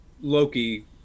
Loki